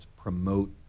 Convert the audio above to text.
promote